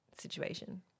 situation